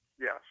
Yes